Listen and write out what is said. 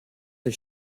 the